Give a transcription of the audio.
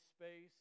space